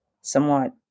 somewhat